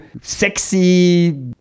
sexy